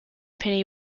penny